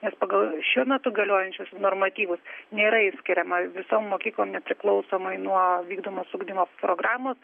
nes pagal šiuo metu galiojančius normatyvus nėra išskiriama visom mokyklom nepriklausomai nuo vykdomos ugdymo programos